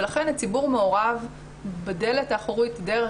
ולכן הציבור מעורב בדלת האחורית דרך